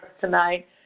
tonight